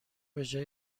بجای